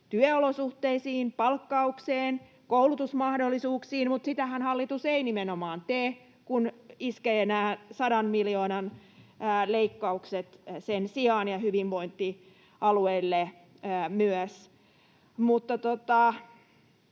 työolosuhteisiin, palkkaukseen, koulutusmahdollisuuksiin, mutta sitähän hallitus ei nimenomaan tee, kun iskee nämä sadan miljoonan leikkaukset sen sijaan ja hyvinvointialueille myös.